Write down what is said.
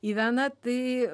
į veną tai